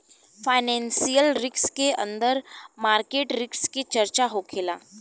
financial risk के अंदर market risk के चर्चा होखेला